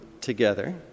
together